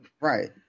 Right